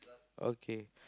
okay